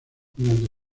durante